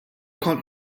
kont